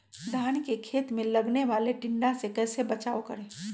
धान के खेत मे लगने वाले टिड्डा से कैसे बचाओ करें?